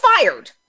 fired